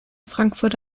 frankfurt